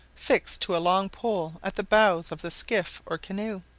fixed to a long pole at the bows of the skiff or canoe.